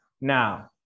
now